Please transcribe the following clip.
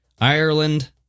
Ireland